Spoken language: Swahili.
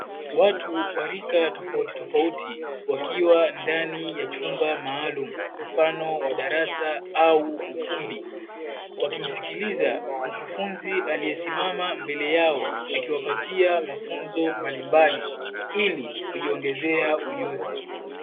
Watu wa rika ya tofauti tofauti, wakiwa ndani ya chumba maalumu, mfano wa darasa au ukumbi, wakimsikiliza mkufunzi aliye simama mbele yao, akiwapatia mafunzo mbalimbali ili kujiongezea ujuzi.